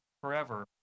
forever